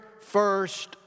first